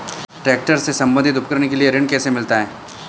Tractor से संबंधित उपकरण के लिए ऋण कैसे मिलता है?